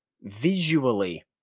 visually